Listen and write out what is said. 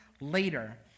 later